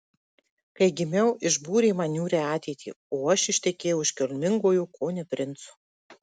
kai gimiau išbūrė man niūrią ateitį o aš ištekėjau už kilmingojo kone princo